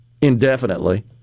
indefinitely